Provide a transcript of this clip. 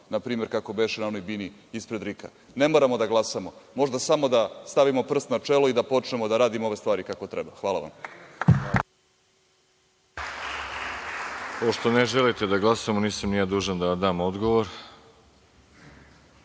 na primer kako beše na onoj bini ispred RIK-a. Ne moramo da glasamo, možda samo da stavimo prst na čelo i da počnemo da radimo ove stvari kako treba. Hvala. **Đorđe Milićević** Pošto ne želite da glasamo, nisam ni ja dužan da vam dam